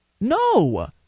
No